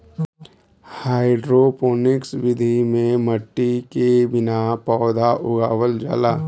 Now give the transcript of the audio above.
hydroponics विधि में मट्टी के बिना पौधा उगावल जाला